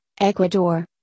Ecuador